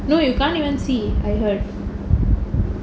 no you can't even see I heard